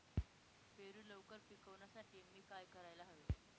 पेरू लवकर पिकवण्यासाठी मी काय करायला हवे?